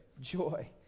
joy